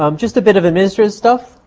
um just a bit of administrative stuff.